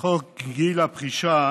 חוק גיל הפרישה